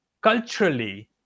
culturally